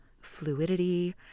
fluidity